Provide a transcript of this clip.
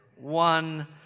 one